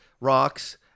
rocks